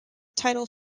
title